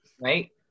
Right